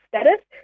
status